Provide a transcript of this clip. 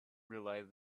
realise